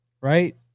right